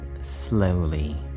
slowly